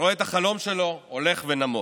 ורואה את החלום שלו הולך ונמוג.